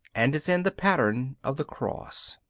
and is in the pattern of the cross.